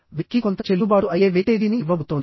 V కు కొంత చెల్లుబాటు అయ్యే వెయిటేజీని ఇవ్వబోతోంది